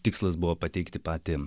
tikslas buvo pateikti patį